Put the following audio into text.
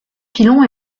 pilon